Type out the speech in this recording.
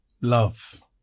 love